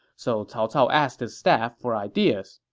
so cao cao asked his staff for ideas.